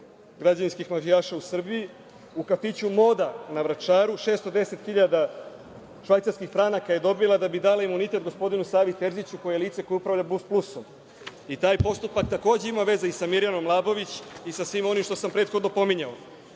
građevinskih mafijaša u Srbiji, u kafiću „Moda“ na Vračaru. Dobila je 610.000 švajcarskih franaka da bi dala imunitet gospodinu Savi Terziću koje je lice koje upravlja „Bus plusom“.Taj postupak takođe ima veze i sa Mirjanom Labović i sa svim onim što sam prethodno pominjao,